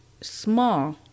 small